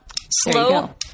slow